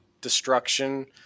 destruction